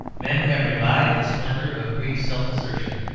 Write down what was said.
men have revived the splendour of greek self-assertion